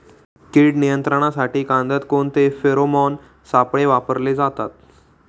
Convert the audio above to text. कीड नियंत्रणासाठी कांद्यात कोणते फेरोमोन सापळे वापरले जातात?